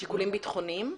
שיקולים ביטחוניים?